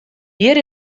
hjir